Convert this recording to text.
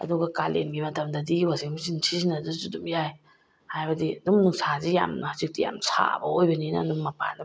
ꯑꯗꯨ ꯀꯥꯂꯦꯟꯒꯤ ꯃꯇꯝꯗꯗꯤ ꯋꯥꯁꯤꯡ ꯃꯦꯆꯤꯟ ꯁꯤꯖꯤꯟꯅꯗ꯭ꯔꯁꯨ ꯑꯗꯨꯝ ꯌꯥꯏ ꯍꯥꯏꯕꯗꯤ ꯑꯗꯨꯝ ꯅꯨꯡꯁꯥꯁꯤ ꯌꯥꯝꯅ ꯍꯧꯖꯤꯛꯇꯤ ꯌꯥꯝ ꯁꯥꯕ ꯑꯣꯏꯕꯅꯤꯅ ꯑꯗꯨꯝ ꯃꯄꯥꯟꯗ